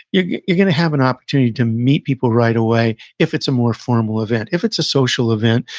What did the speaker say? you're going to have an opportunity to meet people right away, if it's a more formal event. if it's a social event,